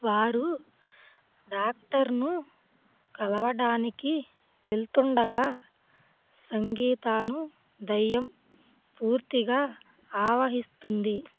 వారు డాక్టర్ను కలవడానికి వెళ్తుండగా సంగీతను దెయ్యం పూర్తిగా ఆవహిస్తుంది